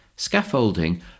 Scaffolding